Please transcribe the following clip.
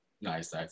Nice